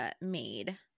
made